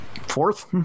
Fourth